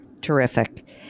Terrific